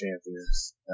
champions